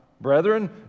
brethren